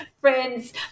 friends